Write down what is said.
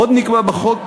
עוד נקבע בחוק